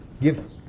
Give